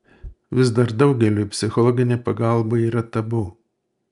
vis dar daugeliui psichologinė pagalba yra tabu